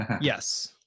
yes